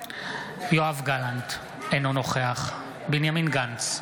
יואב גלנט, אינו נוכח בנימין גנץ,